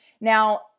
Now